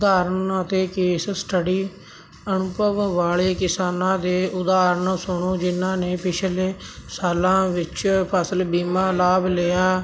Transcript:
ਸਧਾਰਨ ਅਤੇ case study ਅਨੁਭਵ ਵਾਲੇ ਕਿਸਾਨਾਂ ਦੀਆਂ ਉਦਾਹਰਨਾਂ ਸੁਣੋ ਜਿਹਨਾਂ ਨੇ ਪਿਛਲੇ ਸਾਲਾਂ ਵਿੱਚ ਫਸਲ ਬੀਮਾ ਲਾਭ ਲਿਆ